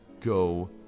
Go